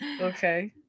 okay